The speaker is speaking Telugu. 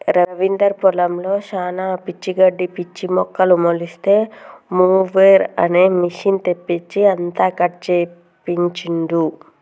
రవీందర్ పొలంలో శానా పిచ్చి గడ్డి పిచ్చి మొక్కలు మొలిస్తే మొవెర్ అనే మెషిన్ తెప్పించి అంతా కట్ చేపించిండు